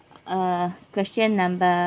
uh question numbe~